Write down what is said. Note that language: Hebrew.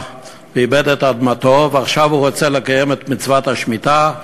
ועיבד את אדמתו ועכשיו הוא רוצה לקיים את מצוות השמיטה,